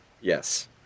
Yes